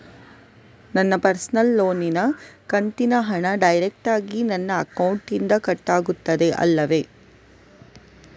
ನನ್ನ ಪರ್ಸನಲ್ ಲೋನಿನ ಕಂತಿನ ಹಣ ಡೈರೆಕ್ಟಾಗಿ ನನ್ನ ಅಕೌಂಟಿನಿಂದ ಕಟ್ಟಾಗುತ್ತದೆ ಅಲ್ಲವೆ?